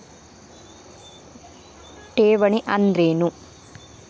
ಠೇವಣಿ ಅಂದ್ರೇನು?